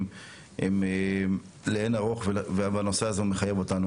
היא לאין ערוך והנושא הזה מחייב אותנו.